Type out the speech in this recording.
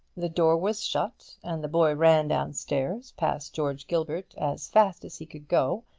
the door was shut, and the boy ran down-stairs, past george gilbert, as fast as he could go.